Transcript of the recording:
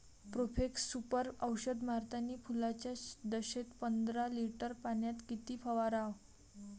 Profex Super औषध मारतानी फुलाच्या दशेत पंदरा लिटर पाण्यात किती फवाराव?